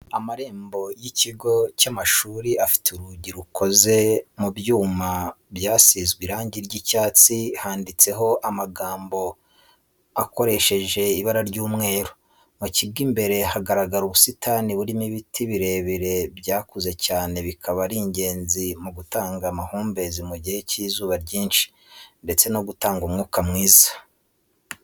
Amarembo y'ikigo cy'amashuri afite urugi rukoze mu byuma byasizwe irangi ry'icyatsi handitseho amagambo akoreshejwe ibara ry'umweru, mu kigo imbere hagaragara ubusitani burimo n'ibiti birebire byakuze cyane bikaba ari ingenzi mu gutanga amahumbezi mu gihe cy'izuba ryinshi ndetse no gutanga umwuka mwiza.